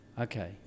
Okay